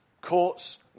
courts